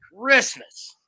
Christmas